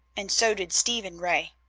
and so did stephen ray.